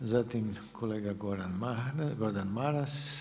Zatim kolega Gordan Maras.